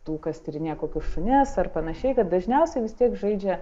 tų kas tyrinėja kokius šunis ar panašiai kad dažniausiai vis tiek žaidžia